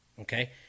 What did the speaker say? okay